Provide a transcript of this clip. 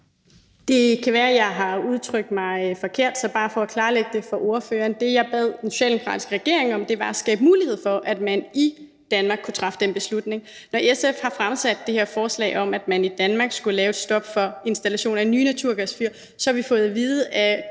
Det kan være, at jeg har udtrykt mig forkert, så bare for at klarlægge det for ordføreren: Det, jeg bad den socialdemokratiske regering om, var at skabe en mulighed for, at man i Danmark kunne træffe den beslutning. Når SF har fremsat det her forslag om, at man i Danmark skulle lave et stop for installation af nye naturgasfyr, så har vi fået at vide